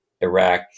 Iraq